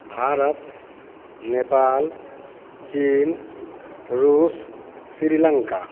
भारत नेपाल चीन रूस श्रीलंका